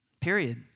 period